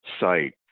site